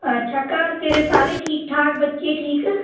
अच्छा घर तेरे सारे ठीक ठाक बच्चे ठीक